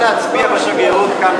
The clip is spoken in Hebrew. למה אזרח אמריקני יכול להצביע בשגרירות כאן,